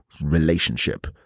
relationship